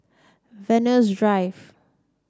Venus Drive